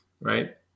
Right